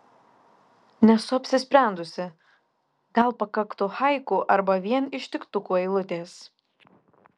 nesu apsisprendusi gal pakaktų haiku arba vien ištiktukų eilutės